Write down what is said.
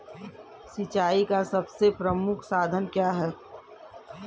सिंचाई का सबसे प्रमुख साधन क्या है?